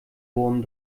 wurm